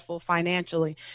financially